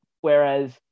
Whereas